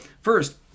first